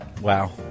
Wow